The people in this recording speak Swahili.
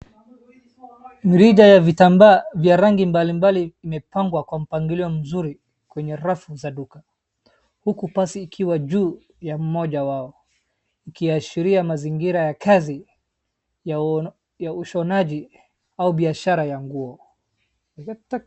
Mirija ya vitambaa vya rangi mbalimbali imepangwa kwa mpangilo mzuri kwenye rafu za duka, huku pasi ikiwa juu ya mmoja wao ikiashiria mazingira ya kazi ya ushonaji au biashara ya nguo.